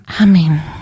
Amen